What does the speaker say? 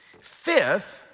Fifth